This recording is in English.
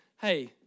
hey